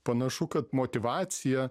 panašu kad motyvacija